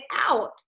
out